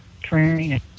training